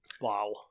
wow